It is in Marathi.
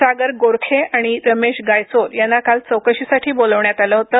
सागर गोरखे आणि रमेश गायचोर यांना काल चौकशीसाठी बोलावण्यात आलं होतं